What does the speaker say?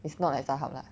it's not like Starhub lah